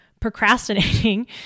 procrastinating